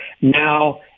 Now